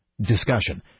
discussion